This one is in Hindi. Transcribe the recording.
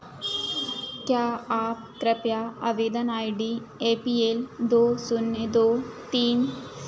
क्या आप कृपया आवेदन I D A P L दो शून्य दो तीन